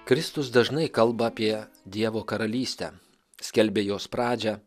kristus dažnai kalba apie dievo karalystę skelbė jos pradžią